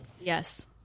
Yes